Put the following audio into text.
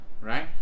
Right